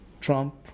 Trump